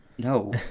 no